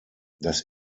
das